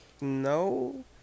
No